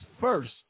first